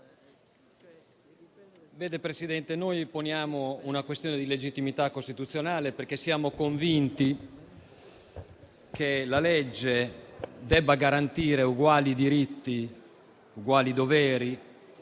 Signor Presidente, noi poniamo una questione di legittimità costituzionale, perché siamo convinti che la legge debba garantire uguali diritti, uguali doveri,